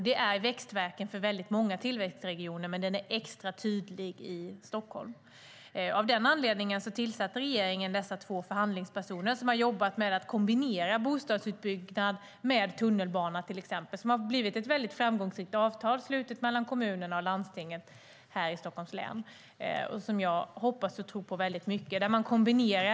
Det är växtvärken för många tillväxtregioner, men den är extra tydlig i Stockholm. Av den anledningen tillsatte regeringen de två förhandlingspersoner som jobbat med att kombinera bostadsutbyggnad med till exempel tunnelbana, vilket resulterat i ett mycket framgångsrikt avtal slutet mellan kommunerna och landstinget i Stockholms län. Jag hoppas och tror mycket på det.